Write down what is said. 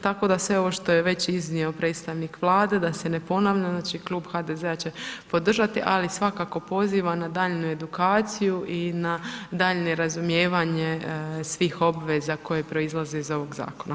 Tako da sve ovo što je već iznio predstavnik Vlade da se ne ponavljam, znači Klub HDZ-a će podržati ali svakako pozivam na daljnju edukaciju i na daljnje razumijevanje svih obveza koje proizlaze iz ovog zakona.